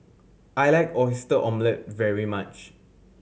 I like Oyster Omelette very much